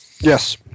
Yes